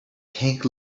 pink